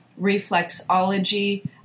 reflexology